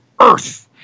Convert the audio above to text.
earth